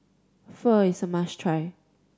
pho is a must try